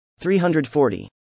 340